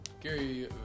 Gary